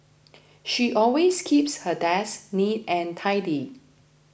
she always keeps her desk neat and tidy